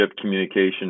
communication